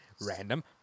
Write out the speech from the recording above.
Random